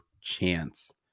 chance